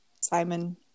Simon